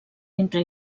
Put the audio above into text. entre